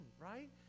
right